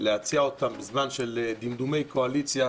להציע אותה בזמן של דמדומי קואליציה,